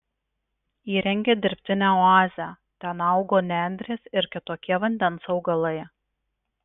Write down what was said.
įrengė dirbtinę oazę ten augo nendrės ir kitokie vandens augalai